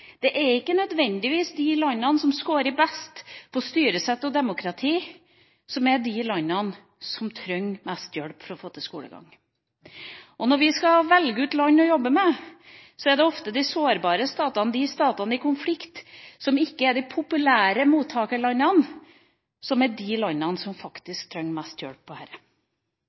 det første: Det er ikke nødvendigvis de landene som scorer best på styresett og demokrati, som er de landene som trenger mest hjelp for å få til skolegang. Når vi skal velge ut land å jobbe med, er det ofte de sårbare statene, statene i konflikt – som ikke er de populære mottakerlandene – som er de som faktisk trenger mest hjelp